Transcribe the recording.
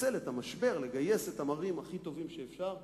לנצל את המשבר כדי לגייס את המורים הכי טובים שאפשר לקמפוסים,